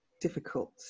difficult